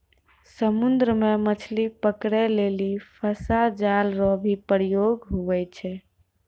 समुद्र मे मछली पकड़ै लेली फसा जाल रो भी प्रयोग हुवै छै